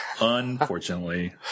Unfortunately